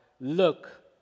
Look